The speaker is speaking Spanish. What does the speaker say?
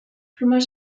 plumas